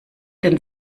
denn